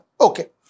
Okay